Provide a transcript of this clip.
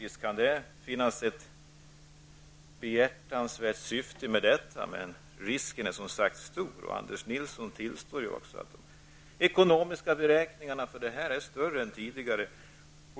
Visst kan det finnas ett behjärtansvärt syfte, men risken är som sagt stor. Anders Nilsson tillstår också att de ekonomiska beräkningarna ligger högre än tidigare.